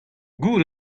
gouzout